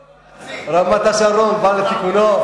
רמת-השרון, בא על תיקונו?